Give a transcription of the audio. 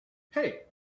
hey